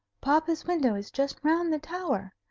papa's window is just round the tower.